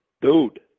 dude